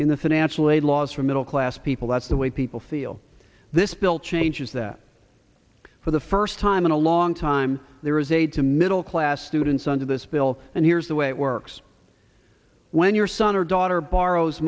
in the financial aid laws for middle class people that's the way people feel this bill changes that for the first time in a long time there is a to middle class students under this bill and here's the way it works when your son or daughter borrow